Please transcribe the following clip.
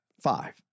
Five